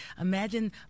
Imagine